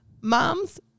moms